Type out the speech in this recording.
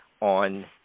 on